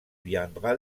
viendra